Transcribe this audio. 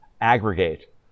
aggregate